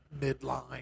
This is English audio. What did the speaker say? midline